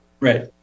Right